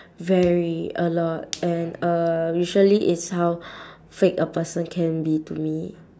very a lot and uh usually it's how fake a person can be to me